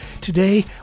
Today